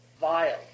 vile